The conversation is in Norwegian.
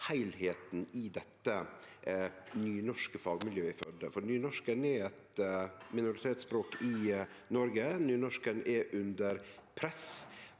heilskapen i det nynorske fagmiljøet i Førde. Nynorsken er eit minoritetsspråk i Noreg, og nynorsken er under press.